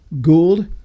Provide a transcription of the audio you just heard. Gould